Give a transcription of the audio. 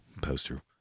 poster